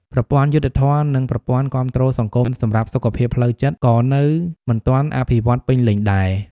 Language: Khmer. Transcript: ប្រព័ន្ធយុត្តិធម៌ និងប្រព័ន្ធគាំទ្រសង្គមសម្រាប់សុខភាពផ្លូវចិត្តក៏នៅមិនទាន់អភិវឌ្ឍន៍ពេញលេញដែរ។